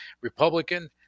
Republican